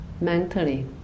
mentally